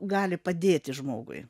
gali padėti žmogui